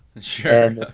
Sure